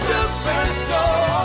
Superstore